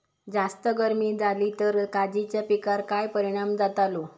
जास्त गर्मी जाली तर काजीच्या पीकार काय परिणाम जतालो?